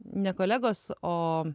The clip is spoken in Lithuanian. ne kolegos o